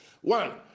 One